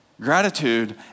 gratitude